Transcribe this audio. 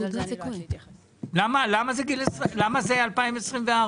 ישפ זה שילוב של זה שאין לי תקציבים,